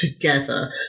together